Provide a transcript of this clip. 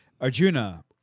Arjuna